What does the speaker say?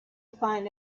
find